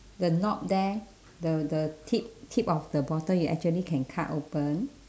the knot there the the tip tip of the bottle you actually can cut open